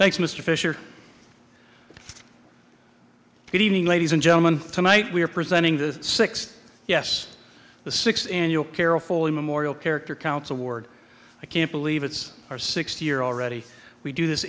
thanks mr fisher good evening ladies and gentlemen tonight we are presenting the six yes the six annual carol for a memorial character counts award i can't believe it's our sixth year already we do this